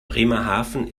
bremerhaven